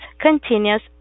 continues